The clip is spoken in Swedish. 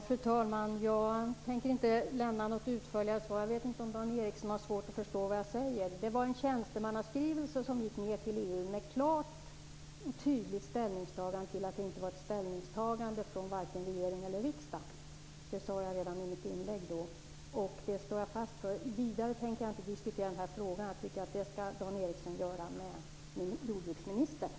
Fru talman! Jag tänker inte lämna något utförligare svar. Jag vet inte om Dan Ericsson har svårt att förstå vad jag säger. Det var en tjänstemannaskrivelse som gick till EU med klart angivande av att inte var fråga om något ställningstagande från vare sig regering eller riksdag. Det sade jag redan i mitt inlägg, och det står jag fast vid. Jag tänker inte diskutera den här frågan vidare. Jag tycker att Dan Ericsson skall göra det med jordbruksministern.